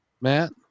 Matt